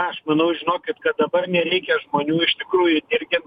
aš manau žinokit kad dabar nereikia žmonių iš tikrųjų dirgint